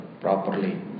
properly